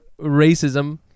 racism